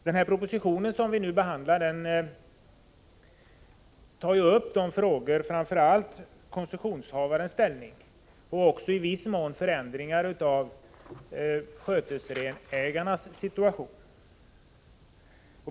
Den proposition som vi nu behandlar tar upp frågor framför allt gällande koncessionshavarens ställning och också i viss mån förändringar av skötesrenägarnas situation.